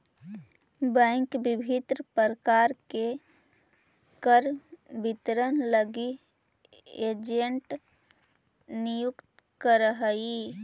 bank विभिन्न प्रकार के कर वितरण लगी एजेंट नियुक्त करऽ हइ